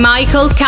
Michael